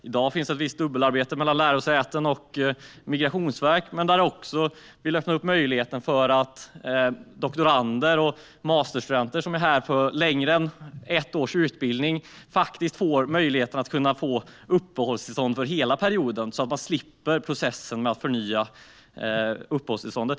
I dag sker det ett visst dubbelarbete mellan lärosätena och Migrationsverket. Vi vill också öppna möjligheten för att de doktorander och masterstudenter som är här och går en utbildning som är längre än ett år får möjlighet till uppehållstillstånd för hela perioden, så att de slipper processen med att förnya uppehållstillståndet.